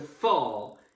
fall